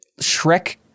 Shrek